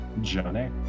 Johnny